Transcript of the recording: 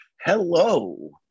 Hello